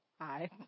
hi